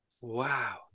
Wow